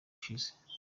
ushize